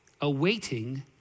awaiting